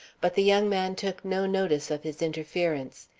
but the young man took no notice of his interference.